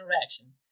interaction